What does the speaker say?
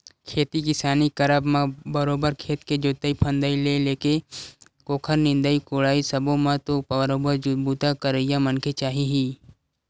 खेती किसानी करब म बरोबर खेत के जोंतई फंदई ले लेके ओखर निंदई कोड़ई सब्बो म तो बरोबर बूता करइया मनखे चाही ही